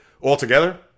altogether